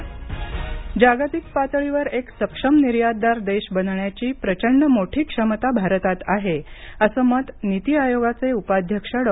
नीती आयोग जागतिक पातळीवर एक सक्षम निर्यातदार देश बनण्याची प्रचंड मोठी क्षमता भारतात आहे असं मत नीती आयोगाचे उपाध्यक्ष डॉ